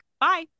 Bye